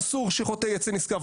אסור שחוטא ייצא נשכר,